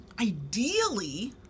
Ideally